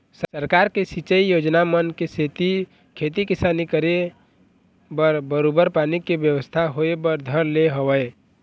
सरकार के सिंचई योजना मन के सेती खेती किसानी के करे बर बरोबर पानी के बेवस्था होय बर धर ले हवय